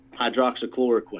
hydroxychloroquine